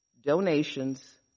donations